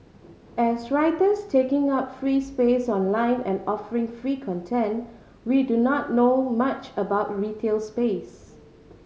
as writers taking up free space online and offering free content we do not know much about retail space